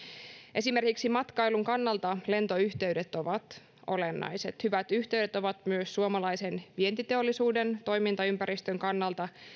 esimerkiksi matkailun kannalta lentoyhteydet ovat olennaiset hyvät yhteydet ovat myös suomalaisen vientiteollisuuden toimintaympäristön kannalta